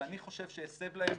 ואני חושב שהסב להם,